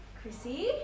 Chrissy